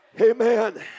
Amen